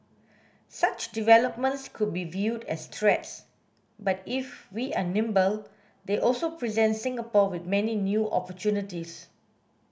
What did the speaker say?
such developments could be viewed as threats but if we are nimble they also present Singapore with many new opportunities